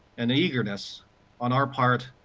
and eagerness on our parts,